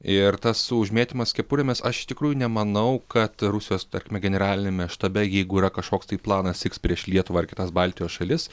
ir tas užmėtymas kepurėmis aš iš tikrųjų nemanau kad rusijos tarkim generaliniame štabe jeigu yra kažkoks tai planas x prieš lietuvą ar kitas baltijos šalis